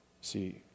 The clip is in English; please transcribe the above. See